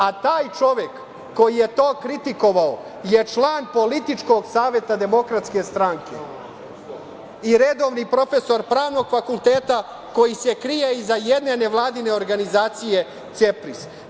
A taj čovek, koji je to kritikovao je član političkog saveta DS i redovni profesor pravnog fakulteta koji se krije iza jedne nevladine organizacije CEPRIS.